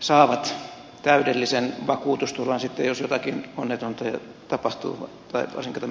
saavat täydellisen vakuutusturvan sitten jos jotakin onnetonta tapahtuu varsinkin tämmöistä vammautumista